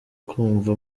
kumva